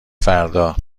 فردا